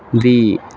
ਵੀ